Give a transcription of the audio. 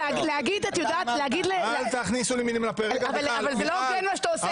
זה לא הוגן מה אתה עושה.